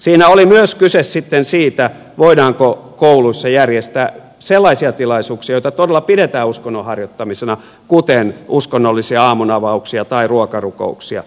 siinä oli myös kyse siitä voidaanko kouluissa järjestää sellaisia tilaisuuksia joita todella pidetään uskonnon harjoittamisena kuten uskonnollisia aamunavauksia tai ruokarukouksia